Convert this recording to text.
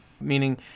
meaning